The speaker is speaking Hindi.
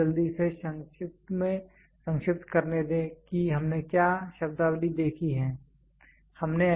तो मुझे जल्दी से संक्षिप्त करने दे कि हमने क्या शब्दावली देखी है